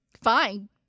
Fine